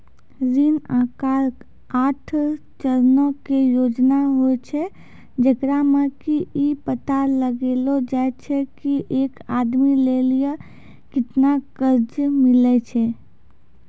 ऋण आहार आठ चरणो के योजना होय छै, जेकरा मे कि इ पता लगैलो जाय छै की एक आदमी लेली केतना कर्जा मिलै छै